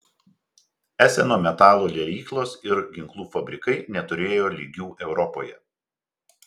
eseno metalo liejyklos ir ginklų fabrikai neturėjo lygių europoje